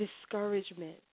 Discouragement